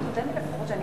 צריכים